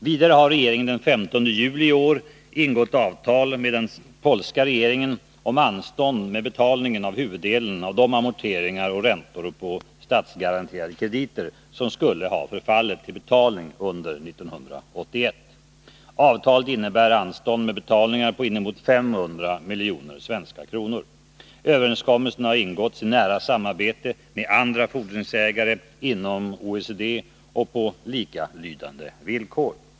Vidare har regeringen den 15 juli i år ingått avtal med den polska regeringen om anstånd med betalningen av huvuddelen av de amorteringar och räntor på statsgaranterade krediter som skulle ha förfallit till betaltning under 1981. Avtalet innebär anstånd med betalningar på inemot 500 miljoner svenska kronor. Överenskommelsen har ingåtts i nära samarbete med andra fordringsägare inom OECD och på likalydande villkor.